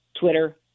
Twitter